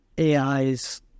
AIs